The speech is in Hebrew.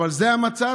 אבל זה המצב,